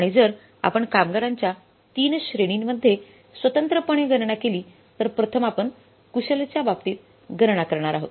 आणि जर आपण कामगारांच्या 3 श्रेणींमध्ये स्वतंत्रपणे गणना केली तर प्रथम आपण कुशलच्या बाबतीत गणना करणार आहोत